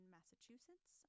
Massachusetts